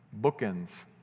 Bookends